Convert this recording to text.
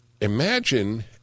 imagine